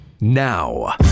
Now